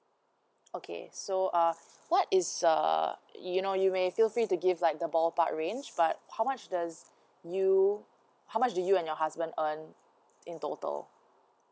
okay so uh what is err you know you may feel free to give like the ball part range but how much does you how much do you and your husband earn in total